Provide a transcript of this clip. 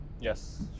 Yes